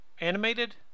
animated